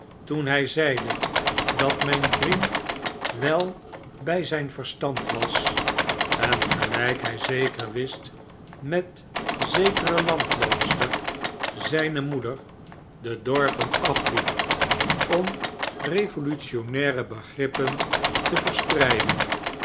toen hij zeide dat mijn vriend wel bij zijn verstand was en gelijk hij zeker wist met zekere landloopster zijne moeder de dorpen afiiep om revolutionaire begrippen te verspreiden